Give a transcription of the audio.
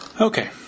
Okay